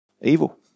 evil